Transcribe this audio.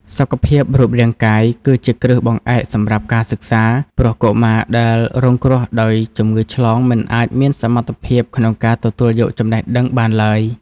សុខភាពរូបរាងកាយគឺជាគ្រឹះបង្អែកសម្រាប់ការសិក្សា ព្រោះកុមារដែលរងគ្រោះដោយជំងឺឆ្លងមិនអាចមានសមត្ថភាពក្នុងការទទួលយកចំណេះដឹងបានឡើយ។